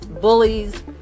bullies